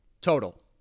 Total